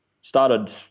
started